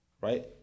right